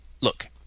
Look